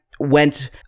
Went